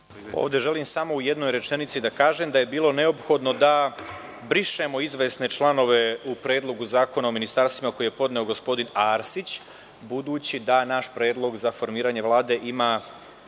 Ovde želim samo u jednoj rečenici da kažem da je bilo neophodno da brišemo izvesne članove u Predlogu zakona o ministarstvima koji je podneo gospodin Arsić budući da naš predlog za formiranje Vlade ima